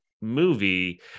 movie